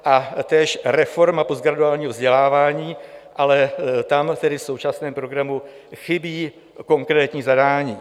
A též reforma postgraduálního vzdělávání, ale tam v současném programu chybí konkrétní zadání.